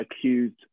accused